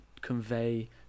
convey